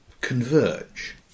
converge